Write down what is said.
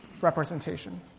representation